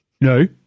No